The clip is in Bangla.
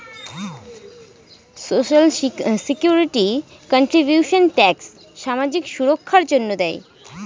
সোশ্যাল সিকিউরিটি কান্ট্রিবিউশন্স ট্যাক্স সামাজিক সুররক্ষার জন্য দেয়